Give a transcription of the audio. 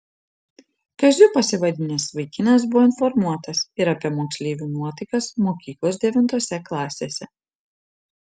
kaziu pasivadinęs vaikinas buvo informuotas ir apie moksleivių nuotaikas mokyklos devintose klasėse